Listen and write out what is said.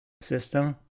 system